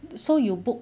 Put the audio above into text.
so you booked